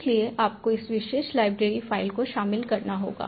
इसलिए आपको उस विशेष लाइब्रेरी फ़ाइल को शामिल करना होगा